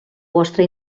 vostra